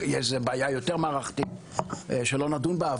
זו בעיה יותר מערכתית שלא נדון בה,